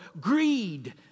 greed